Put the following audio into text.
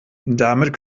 damit